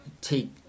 take